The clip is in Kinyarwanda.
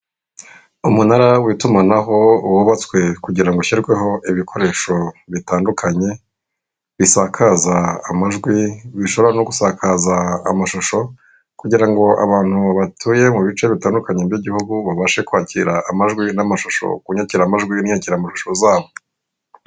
Umunara w'itumanaho wubatswe kugira ngo ushyirweho ibikoresho bitandukanye, bisakaza amajwi bishobora no gusakaza amashusho kugira ngo abantu batuye mu bice bitandukanye by'igihugu babashe kwakira amajwi n'amashusho ku nyakiramajwi n'inyakiramashusho zabo.